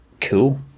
Cool